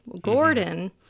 Gordon